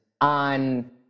on